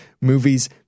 movies